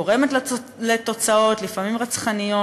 גורמת לתוצאות לפעמים רצחניות,